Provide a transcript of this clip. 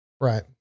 right